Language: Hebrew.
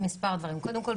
כלומר,